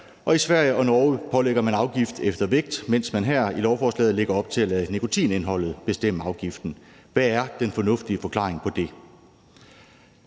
og i Norge og Sverige pålægger man afgift efter vægt, mens man her i lovforslaget lægger op til at lade nikotinindholdet bestemme afgiften. Hvad er den fornuftige forklaring på det?